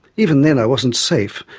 even then, i wasn't safe,